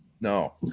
no